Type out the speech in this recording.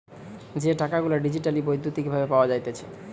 যে টাকা গুলা ডিজিটালি বৈদ্যুতিক ভাবে পাওয়া যাইতেছে